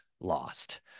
lost